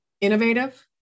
innovative